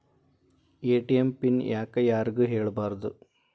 ATM PIN ಯಾಕ್ ಯಾರಿಗೂ ಹೇಳಬಾರದು?